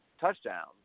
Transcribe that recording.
touchdowns